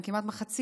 כמעט מחצית.